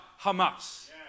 Hamas